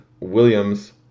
Williams